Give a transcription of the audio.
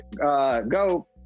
GO